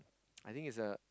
I think it's a